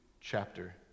chapter